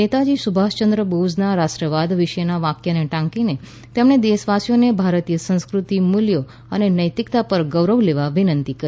નેતાજી સુભાષયંદ્ર બોઝના રાષ્ટ્રવાદવિશેના વાક્યને ટાંકીને તેમણે દેશવાસીઓને ભારતીય સંસ્કૃતિ મૂલ્યોઅને નૈતિકતા પર ગૌરવ લેવા વિનંતી કરી